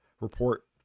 report